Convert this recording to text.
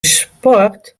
sport